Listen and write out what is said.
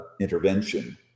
intervention